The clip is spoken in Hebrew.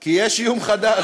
כי יש איום חדש.